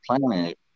planet